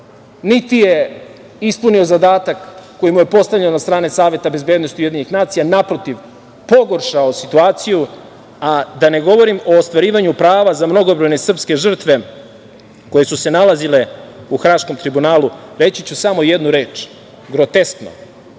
niti je ispunio zadatak koji mu je postavljen od strane Saveta bezbednosti UN. Naprotiv, pogoršao je situaciju. Da ne govorim o ostvarivanju prava za mnogobrojne srpske žrtve koje su se nalazile u Haškom tribunalu. Reći ću samo jednu reč – groteskno,